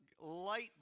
light